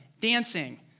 dancing